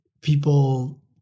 people